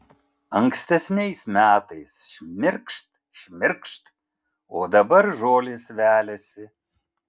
ankstesniais metais šmirkšt šmirkšt o dabar žolės veliasi